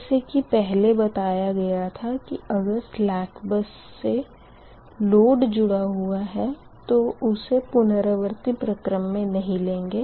जैसे की पहले बताया गया था की अगर स्लेक बस से लोड जुड़ा हुआ है तो उसे पुनरावर्ती प्रक्रम मे नही लेंगे